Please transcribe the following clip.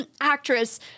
actress